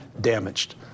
damaged